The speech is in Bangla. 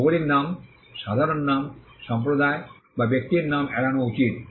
ভৌগলিক নাম সাধারণ নাম সম্প্রদায় বা ব্যক্তির নাম এড়ানো উচিত